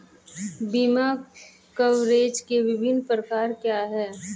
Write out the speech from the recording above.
बीमा कवरेज के विभिन्न प्रकार क्या हैं?